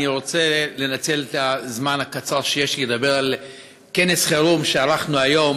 אני רוצה לנצל את הזמן הקצר שיש לי לדבר על כנס חירום שערכנו היום,